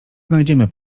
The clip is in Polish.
znajdziemy